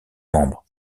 membres